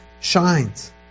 shines